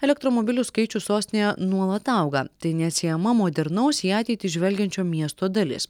elektromobilių skaičius sostinėje nuolat auga tai neatsiejama modernaus į ateitį žvelgiančio miesto dalis